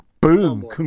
Boom